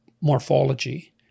morphology